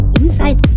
inside